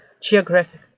geographic